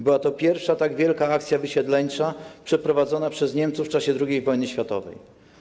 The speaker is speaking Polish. Była to pierwsza tak wielka akcja wysiedleńcza przeprowadzona przez Niemców w czasie II wojny światowej.